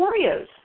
Oreos